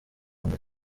mbere